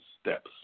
steps